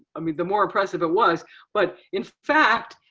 i mean the more impressive it was but in fact,